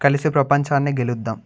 కలిసి ప్రపంచాన్ని గెలుద్దాం